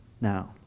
Now